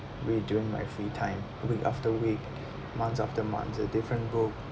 read during my free time week after week months after months a different book